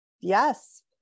yes